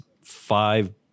five